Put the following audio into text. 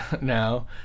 now